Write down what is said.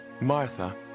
Martha